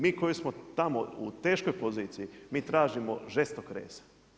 Mi koji smo tamo u teškoj poziciji, mi tražimo žestok rez.